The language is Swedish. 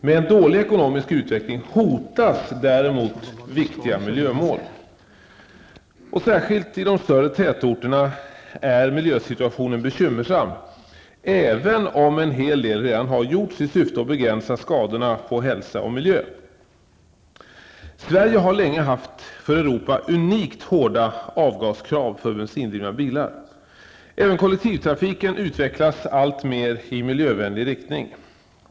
Med en dålig ekonomisk utveckling hotas däremot viktiga miljömål. Särskilt i de större tätorterna är miljösituationen bekymmersam även om en hel del redan har gjorts i syfte att begränsa skadorna på hälsa och miljö. Sverige har länge haft för Europa unikt hårda avgaskrav för bensindrivna bilar. Även kollektivtrafiken utvecklas allt mer i miljövänlig riktning.